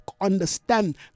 understand